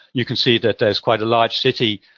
you can see that there's quite a large city